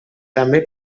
també